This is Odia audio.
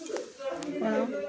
ଆପଣ